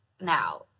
now